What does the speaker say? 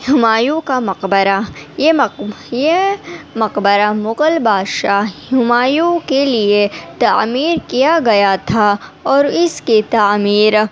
ہمایوں کا مقبرہ یہ یہ مقبرہ مغل بادشاہ ہمایوں کے لیے تعمیر کیا گیا تھا اور اس کی تعمیر